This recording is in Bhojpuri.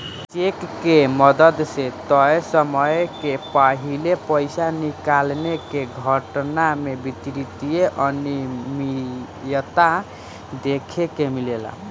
चेक के मदद से तय समय के पाहिले पइसा निकाले के घटना में वित्तीय अनिमियता देखे के मिलेला